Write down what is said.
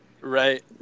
Right